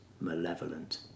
malevolent